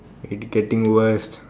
it's getting worse